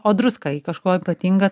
o druska ji kažkuo ypatinga